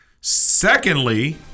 Secondly